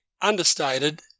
understated